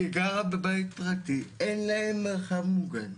היא גרה בבית פרטי, אין להם מרחב מוגן.